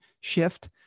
shift